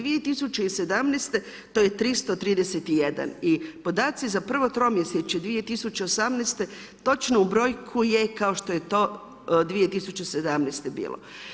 2017. to je 331 i podaci za prvo tromjesečje 2018. točno u brojku je kao što je to 2017. bilo.